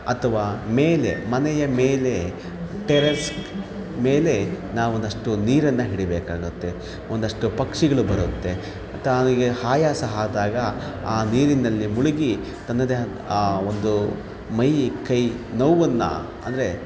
ಅಥವಾ ಮೇಲೆ ಮನೆಯ ಮೇಲೆ ಟೆರೆಸ್ ಮೇಲೆ ನಾವು ಒಂದಷ್ಟು ನೀರನ್ನು ಇಡಬೇಕಾಗತ್ತೆ ಒಂದಷ್ಟು ಪಕ್ಷಿಗಳು ಬರುತ್ತೆ ತನಗೆ ಆಯಾಸ ಆದಾಗ ಆ ನೀರಿನಲ್ಲಿ ಮುಳುಗಿ ತನ್ನದೇ ಆದ ಆ ಒಂದು ಮೈ ಕೈ ನೋವನ್ನನ್ನು ಅಂದರೆ